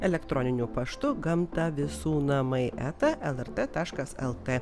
elektroniniu paštu gamta visų namai eta lrt taškas lt